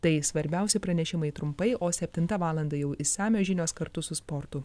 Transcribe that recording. tai svarbiausi pranešimai trumpai o septintą valandą jau išsamios žinios kartu su sportu